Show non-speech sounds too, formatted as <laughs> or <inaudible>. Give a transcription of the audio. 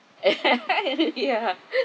<laughs> ya